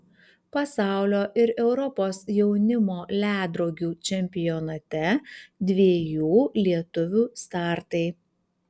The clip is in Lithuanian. pasaulio ir europos jaunimo ledrogių čempionate dviejų lietuvių startai